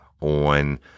on